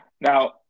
Now